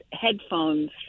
headphones